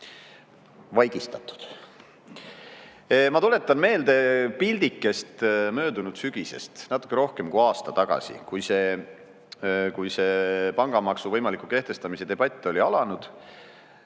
tuletan meelde pildikest möödunud sügisest, natuke rohkem kui aasta tagasi, kui see pangamaksu võimaliku kehtestamise debatt oli alanud.